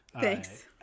thanks